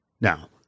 Now